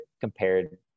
compared